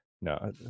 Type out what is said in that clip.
no